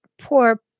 poor